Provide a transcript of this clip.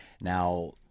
now